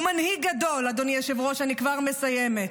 הוא מנהיג גדול, אדוני היושב-ראש, אני כבר מסיימת.